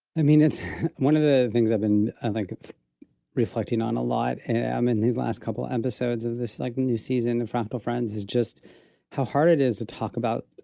i mean, it's one of the things i've been, and like, reflecting on a lot and um in these last couple episodes of this, like new season fractal friends is just how hard it is to talk about,